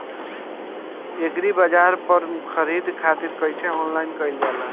एग्रीबाजार पर खरीदे खातिर कइसे ऑनलाइन कइल जाए?